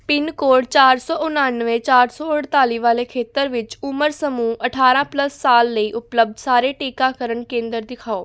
pin code ਚਾਰ ਸੌ ਉਣਾਨਵੇਂ ਚਾਰ ਸੌ ਅਠਤਾਲੀ ਵਾਲੇ ਖੇਤਰ ਵਿੱਚ ਉਮਰ ਸਮੂਹ ਅਠਾਰਾਂ ਪਲੱਸ ਸਾਲ ਲਈ ਉਪਲੱਬਧ ਸਾਰੇ ਟੀਕਾਕਰਨ ਕੇਂਦਰ ਦਿਖਾਓ